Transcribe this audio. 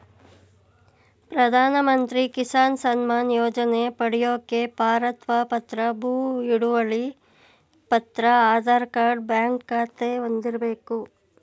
ಪ್ರಧಾನಮಂತ್ರಿ ಕಿಸಾನ್ ಸಮ್ಮಾನ್ ಯೋಜನೆ ಪಡ್ಯೋಕೆ ಪೌರತ್ವ ಪತ್ರ ಭೂ ಹಿಡುವಳಿ ಪತ್ರ ಆಧಾರ್ ಕಾರ್ಡ್ ಬ್ಯಾಂಕ್ ಖಾತೆ ಹೊಂದಿರ್ಬೇಕು